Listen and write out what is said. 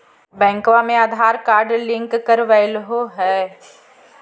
बैंकवा मे Aadhaar card link करवैलहो है?